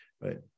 right